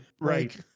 right